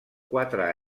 quatre